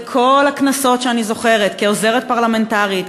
בכל הכנסות שאני זוכרת כעוזרת פרלמנטרית,